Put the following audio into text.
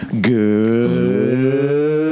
Good